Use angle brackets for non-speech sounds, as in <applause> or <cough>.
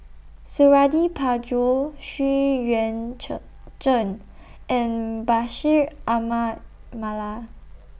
Suradi Parjo Xu Yuan <unintelligible> Zhen and Bashir Ahmad Mallal